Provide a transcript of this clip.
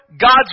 God's